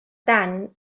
tant